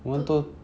t~